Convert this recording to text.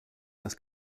dass